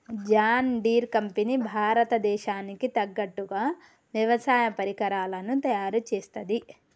John Deere company భారత దేశానికి తగ్గట్టుగా వ్యవసాయ పరికరాలను తయారుచేస్తది